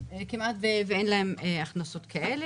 כמעט ואין כאלה.